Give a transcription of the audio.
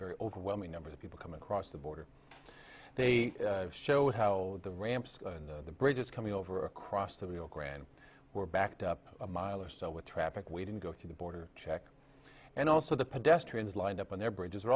very overwhelming numbers of people come across the border they show how the ramps and the bridges coming over across the rio grande were backed up a mile or so with traffic waiting to go through the border check and also the pedestrians lined up on their bridges are